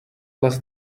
less